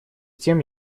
тем